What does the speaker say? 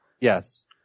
Yes